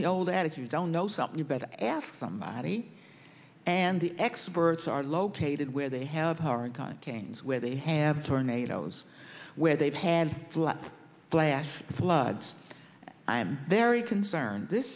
the old adage you don't know something you better ask somebody and the experts are located where they have hard time kane's where they have tornadoes where they've had floods flash floods i'm very concerned this